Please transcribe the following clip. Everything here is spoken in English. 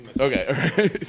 Okay